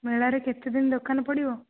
ମେଳାରେ କେତେ ଦିନ ଦୋକାନ ପଡ଼ିବ